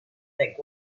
that